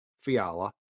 Fiala